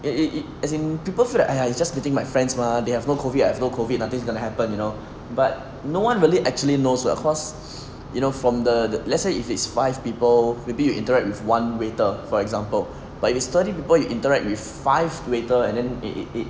it it it as in people feel like !aiya! it's just meeting my friends mah they have no COVID I have no COVID nothing's gonna happen you know but no one really actually knows what course you know from the let's say if it's five people maybe you interact with one waiter for example but if it's thirty people you interact with five people waiter it it it